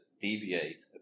deviate